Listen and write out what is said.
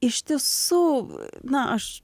iš tiesų na aš